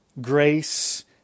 grace